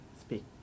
speak